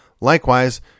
Likewise